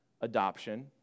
adoption